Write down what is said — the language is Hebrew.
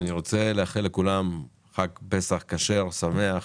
אני רוצה לאחל לכולם חג פסח כשר ושמח,